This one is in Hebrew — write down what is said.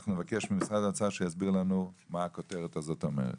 אנחנו נבקש ממשרד האוצר שיסביר לנו מה הכותרת הזאת אומרת.